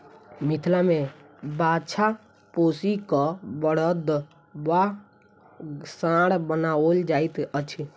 मिथिला मे बाछा पोसि क बड़द वा साँढ़ बनाओल जाइत अछि